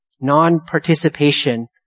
Non-participation